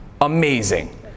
Amazing